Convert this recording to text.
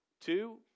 Two